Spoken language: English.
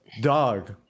dog